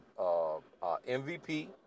MVP